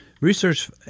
Research